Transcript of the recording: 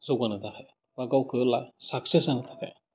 जौगानो थाखाय बा गावखौ ला साखसेस जानो थाखाय